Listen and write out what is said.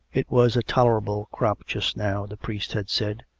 it was a tolerable crop just now, the priest had said,